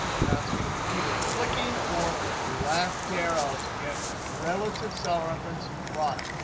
and that's going to be either clicking or left arrow to get relative cell reference product.